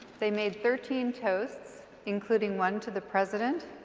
they made thirteen toasts, including one to the president,